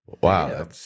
wow